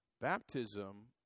Baptism